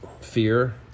fear